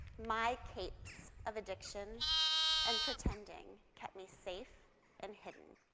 my capes of addiction and pretending kept me safe and hidden.